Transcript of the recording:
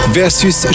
versus